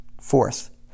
Fourth